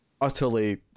utterly